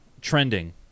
trending